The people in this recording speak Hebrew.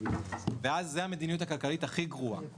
ואז זאת המדיניות הכלכלית הכי גרועה.